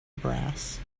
brass